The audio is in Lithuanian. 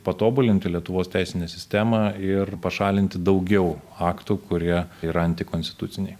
patobulinti lietuvos teisinę sistemą ir pašalinti daugiau aktų kurie yra antikonstituciniai